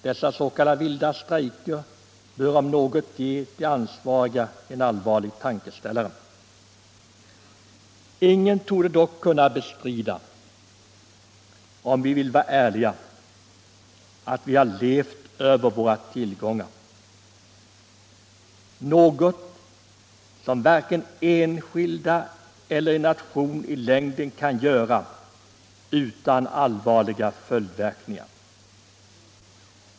Dessa s.k. vilda strejker bör om något ge de ansvariga en allvarlig tankeställare. Ingen torde dock kunna bestrida — om vi vill vara ärliga — att vi levt över våra tillgångar, något som varken enskilda eller en nation i längden kan göra utan allvarliga följdverkningar.